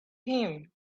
him